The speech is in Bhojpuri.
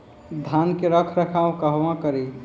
धान के रख रखाव कहवा करी?